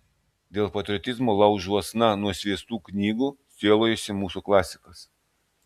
dėl patriotizmo laužuosna nusviestų knygų sielojosi mūsų klasikas